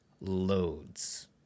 loads